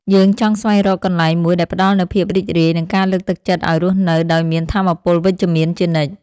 យើងចង់ស្វែងរកកន្លែងមួយដែលផ្ដល់នូវភាពរីករាយ និងការលើកទឹកចិត្តឱ្យរស់នៅដោយមានថាមពលវិជ្ជមានជានិច្ច។